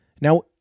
Now